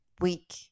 week